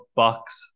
bucks